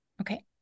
Okay